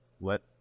let